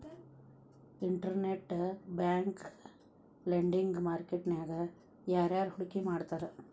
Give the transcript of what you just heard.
Internet bank lending market ನ್ಯಾಗ ಯಾರ್ಯಾರ್ ಹೂಡ್ಕಿ ಮಾಡ್ತಾರ?